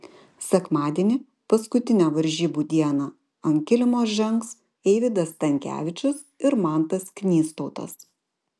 sekmadienį paskutinę varžybų dieną ant kilimo žengs eivydas stankevičius ir mantas knystautas